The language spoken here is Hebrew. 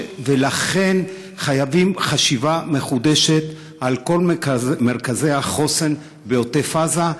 לכן חייבים חשיבה מחודשת על כל מרכזי החוסן בעוטף-עזה,